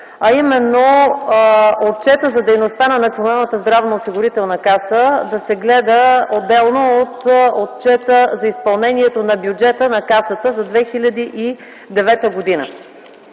а именно Отчетът за дейността на Националната здравноосигурителна каса да се гледа отделно от Отчета за изпълнението на бюджета на Касата за 2009 г.